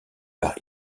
par